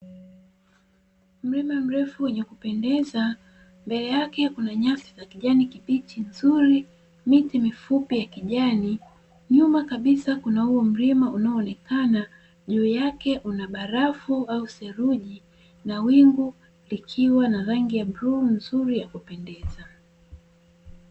Mlima mrefu wenye kupendeza mbele kukiwa na nyasi za kijani kibichi nzuri na miti mizuri ya kijani, nyuma kabisa kuna mlima ambao juu yake una barafu au theluji na anga likiwa na rangi ya bluu nzuri na ya kupendeza.